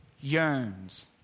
yearns